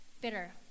bitter